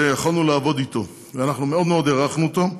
שיכולנו לעבוד אתו, ואנחנו מאוד מאוד הערכנו אותו.